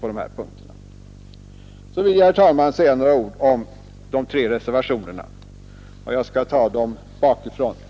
Så vill jag, herr talman, säga några ord om de tre reservationerna. Jag skall ta dem bakifrån.